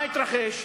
מה התרחש?